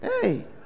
Hey